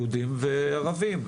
יהודים וערבים.